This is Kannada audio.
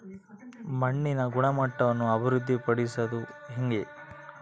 ಮಣ್ಣಿನ ಗುಣಮಟ್ಟವನ್ನು ಅಭಿವೃದ್ಧಿ ಪಡಿಸದು ಹೆಂಗೆ?